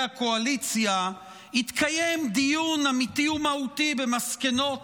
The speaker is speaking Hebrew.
הקואליציה התקיים דיון אמיתי ומהותי במסקנות